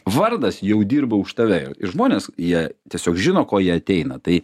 vardas jau dirba už tave ir žmonės jie tiesiog žino ko jie ateina tai